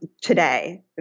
today